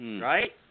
Right